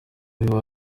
aho